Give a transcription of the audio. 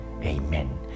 Amen